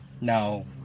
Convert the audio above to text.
no